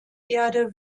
erde